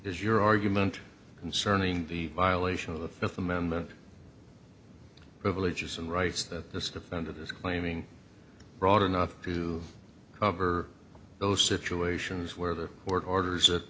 is your argument concerning the violation of the fifth amendment privileges and rights that this defendant is claiming broad enough to cover those situations where the orders